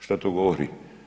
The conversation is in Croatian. Što to govori?